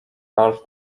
art